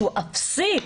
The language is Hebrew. שהוא אפסי,